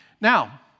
Now